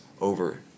over